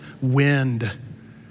wind